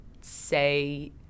say